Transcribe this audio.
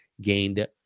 Gained